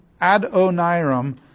Adoniram